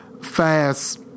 fast